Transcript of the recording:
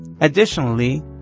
Additionally